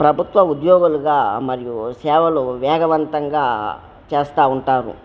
ప్రభుత్వ ఉద్యోగులుగా మరియు సేవలు వేగవంతంగా చేస్తు ఉంటారు